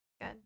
Good